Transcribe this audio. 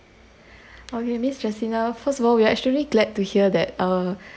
okay miss justina first of all we are extremely glad to hear that uh